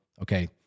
okay